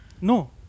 No